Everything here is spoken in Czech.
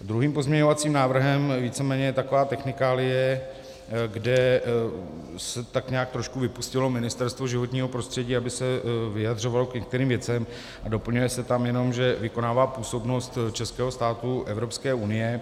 Druhým pozměňovacím návrhem je víceméně taková technikálie, kde se tak nějak trošku vypustilo Ministerstvo životního prostředí, aby se vyjadřovalo k některým věcem, a doplňuje se tam jenom, že vykonává působnost členského státu Evropské unie.